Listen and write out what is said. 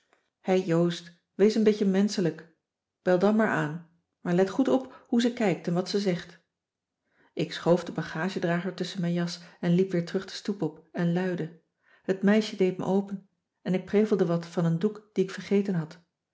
hè joost wees een beetje menschelijk bel dan maar aan maar let goed op hoe ze kijkt en wat ze zegt ik schoof den bagagedrager tusschen mijn jas liep weer terug de stoep op en luidde het meisje deed me open en ik prevelde wat van een doek die ik vergeten had